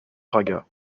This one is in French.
braga